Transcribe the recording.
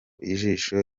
ijisho